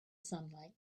sunlight